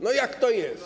No jak to jest?